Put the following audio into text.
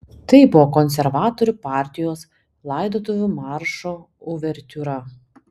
tai buvo konservatorių partijos laidotuvių maršo uvertiūra